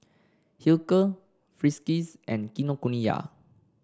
Hilker Friskies and Kinokuniya